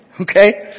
Okay